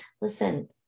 listen